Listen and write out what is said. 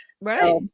Right